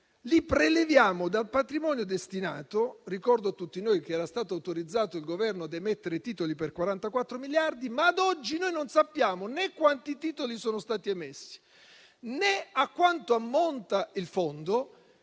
le preleviamo dal patrimonio destinato - ricordo a tutti noi che il Governo era stato autorizzato ad emettere titoli per 44 miliardi - ma ad oggi non sappiamo né quanti titoli sono stati emessi, né a quanto ammonta il fondo,